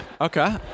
Okay